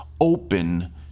open